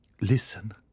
Listen